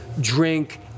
drink